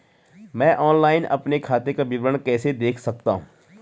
मैं ऑनलाइन अपने खाते का विवरण कैसे देख सकता हूँ?